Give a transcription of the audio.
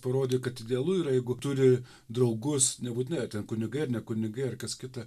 parodė kad idealu yra jeigu turi draugus nebūtinai ar ten kunigai ar ne kunigai ar kas kita